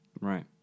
Right